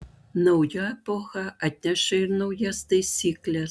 nauja epocha atneša ir naujas taisykles